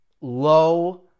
low